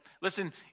Listen